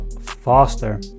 faster